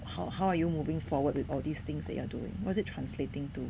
how how are you moving forward with all these things that you are doing what is it translating to